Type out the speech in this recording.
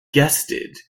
guested